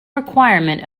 requirement